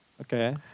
Okay